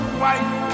white